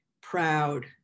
proud